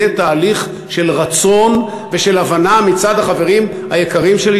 יהיה תהליך של רצון ושל הבנה מצד החברים היקרים שלי,